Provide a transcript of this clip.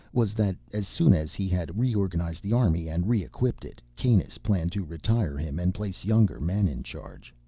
was that as soon as he had reorganized the army and re-equipped it, kanus planned to retire him and place younger men in charge.